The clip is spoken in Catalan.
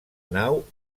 nau